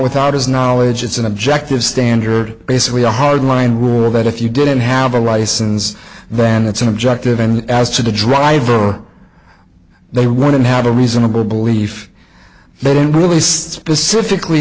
without his knowledge it's an objective standard basically a hardline rule that if you didn't have a license then it's an objective and as to the driver or they were going to have a reasonable belief they didn't really specifically